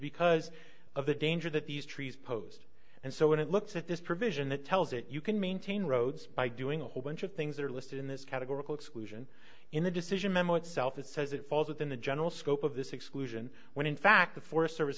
because of the danger that these trees posed and so when it looks at this provision that tells that you can maintain roads by doing a whole bunch of things that are listed in this categorical exclusion in the decision memo itself it says it falls within the general scope of this exclusion when in fact the forest service